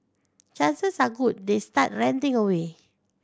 chances are good they start ranting away